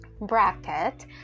bracket